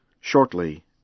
shortly